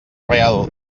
real